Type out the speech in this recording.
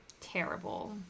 terrible